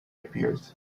appeared